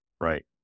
right